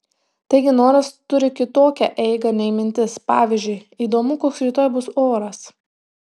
taigi noras turi kitokią eigą nei mintis pavyzdžiui įdomu koks rytoj bus oras